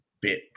bit